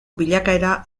bilakaera